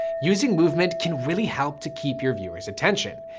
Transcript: using movement can really help to keep your viewers attention.